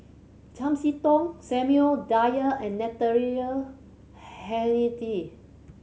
Chiam See Tong Samuel Dyer and Natalie Hennedige